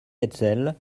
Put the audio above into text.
hetzel